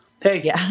Hey